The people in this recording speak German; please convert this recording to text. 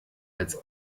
als